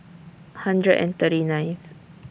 hundred and thirty ninth